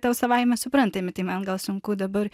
tau savaime suprantami tai man gal sunku dabar